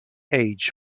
age